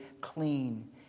clean